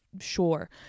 sure